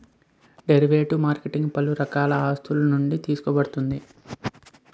derivative market పలు రకాల ఆస్తులునుండి తీసుకోబడుతుంది